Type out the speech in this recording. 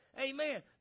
Amen